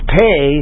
pay